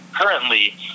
currently